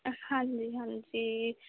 ਹਾਂਜੀ ਹਾਂਜੀ